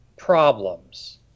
problems